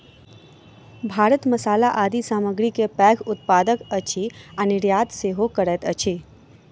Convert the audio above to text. भारत मसाला आदि सामग्री के पैघ उत्पादक अछि आ निर्यात सेहो करैत अछि